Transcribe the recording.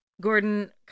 Gordon